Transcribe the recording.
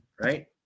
right